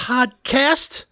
Podcast